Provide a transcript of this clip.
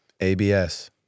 abs